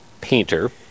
painter